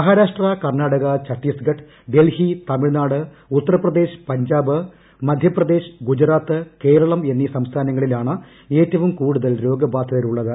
മഹാരാഷ്ട്ര കർണാടക ഛത്തീസ്ഗഡ് ദ്ധ്യൽഹി തമിഴ്നാട് ഉത്തർപ്രദേശ് പഞ്ചാബ് മധ്യപ്രദേശ്ശ് സഗുജറാത്ത് കേരളം എന്നീ സംസ്ഥാനങ്ങളിലാണ് പ് ഏറ്റവും കൂടുതൽ രോഗബാധിതരുള്ളത്